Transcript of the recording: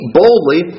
boldly